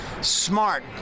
Smart